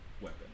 weapon